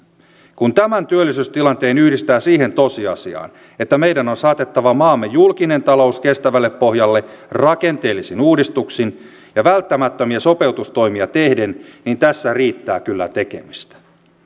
kun tämän työllisyystilanteen yhdistää siihen tosiasiaan että meidän on saatettava maamme julkinen talous kestävälle pohjalle rakenteellisin uudistuksin ja välttämättömiä sopeutustoimia tehden niin tässä riittää kyllä tekemistä